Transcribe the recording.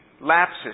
lapses